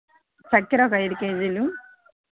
చక్కెర ఒక ఐదు కేజీలు